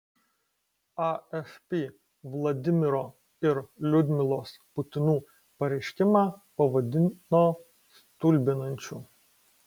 afp vladimiro ir liudmilos putinų pareiškimą pavadino stulbinančiu